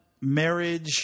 marriage